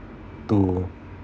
to